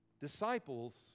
disciples